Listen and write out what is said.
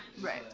Right